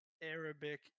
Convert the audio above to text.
Arabic